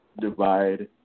divide